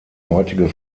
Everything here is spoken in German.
heutige